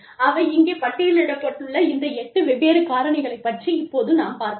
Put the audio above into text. அவை இங்கே பட்டியலிடப்பட்டுள்ள இந்த 8 வெவ்வேறு காரணிகளை பற்றி இப்போது நாம் பார்க்கலாம்